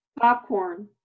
popcorn